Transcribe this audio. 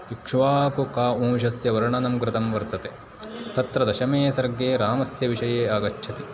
इक्ष्वाकु क वंशस्य वर्णनं कृतं वर्तते तत्र दशमे सर्गे रामस्य विषये आगच्छति